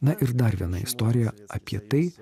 na ir dar viena istorija apie tai